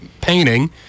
painting